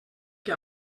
que